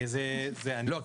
לא,